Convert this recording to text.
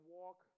walk